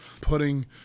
putting